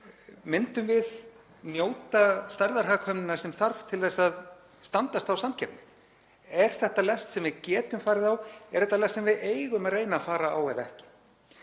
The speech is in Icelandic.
Myndum við njóta stærðarhagkvæmninnar sem þarf til að standast þá samkeppni? Er þetta lest sem við getum farið á? Er þetta lest sem við eigum að reyna að fara á eða ekki?